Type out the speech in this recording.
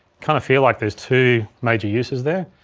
kinda feel like there's two major uses there.